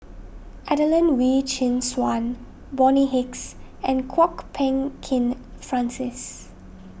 Adelene Wee Chin Suan Bonny Hicks and Kwok Peng Kin Francis